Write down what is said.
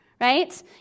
right